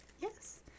Yes